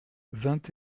vingt